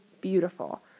beautiful